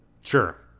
Sure